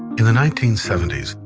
in the nineteen seventy s,